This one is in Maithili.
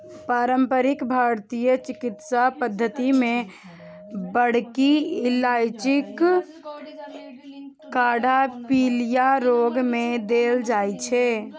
पारंपरिक भारतीय चिकित्सा पद्धति मे बड़की इलायचीक काढ़ा पीलिया रोग मे देल जाइ छै